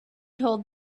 told